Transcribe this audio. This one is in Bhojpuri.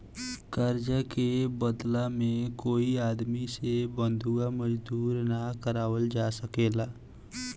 कर्जा के बदला में कोई आदमी से बंधुआ मजदूरी ना करावल जा सकेला